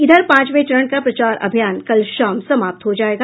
इधर पांचवे चरण का प्रचार अभियान कल शाम समाप्त हो जायेगा